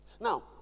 Now